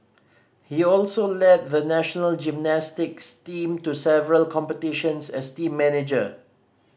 he also led the national gymnastics team to several competitions as team manager